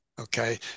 Okay